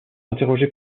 interrogés